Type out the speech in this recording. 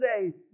today